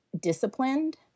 disciplined